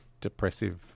depressive